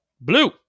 blue